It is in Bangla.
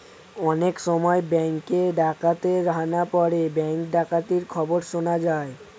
অনেক সময় ব্যাঙ্কে ডাকাতের হানা পড়ে ব্যাঙ্ক ডাকাতির খবর শোনা যায়